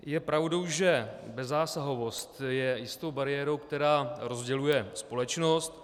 Je pravdou, že bezzásahovost je jistou bariérou, která rozděluje společnost.